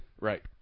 Right